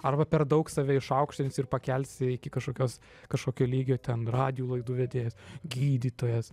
arba per daug save išaukštinsi ir pakelsi iki kažkokios kažkokio lygio ten radijų laidų vedėjas gydytojas